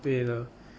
对了